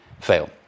fail